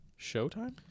Showtime